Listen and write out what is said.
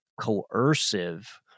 coercive